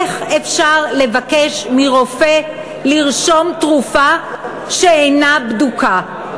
איך אפשר לבקש מרופא לרשום תרופה שאינה בדוקה?